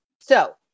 So-